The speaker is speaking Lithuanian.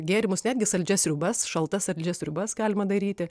gėrimus netgi saldžias sriubas šaltas saldžias sriubas galima daryti